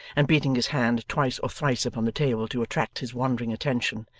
and beating his hand twice or thrice upon the table to attract his wandering attention,